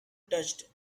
touched